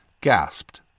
gasped